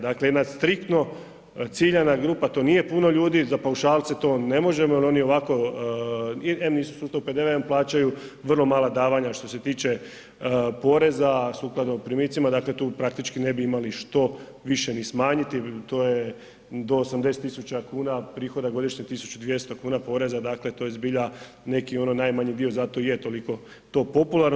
Dakle jedna striktno ciljana grupa, to nije puno ljudi, za paušalce to ne možemo jer oni ovako, em nisu u sustavu PDV-a, em plaćaju vrlo mala davanja što se tiče poreza sukladno primicima, dakle tu praktički ne bi imali što više ni smanjiti, to je do 80 tisuća kuna prihoda godišnje 1200 kuna poreza, dakle to je zbilja neki ono najmanji dio zato i je toliko to popularno.